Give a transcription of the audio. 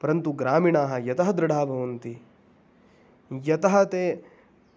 परन्तु ग्रामीणाः यतः दृढाः भवन्ति यतः ते